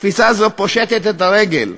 תפיסה זו פושטת את הרגל.